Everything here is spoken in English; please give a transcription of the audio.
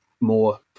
more